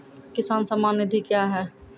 किसान सम्मान निधि क्या हैं?